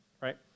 right